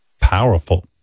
powerful